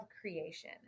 creation